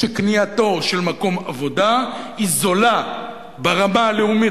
שקנייתו של מקום עבודה היא זולה ברמה הלאומית,